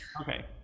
Okay